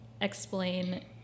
explain